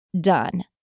done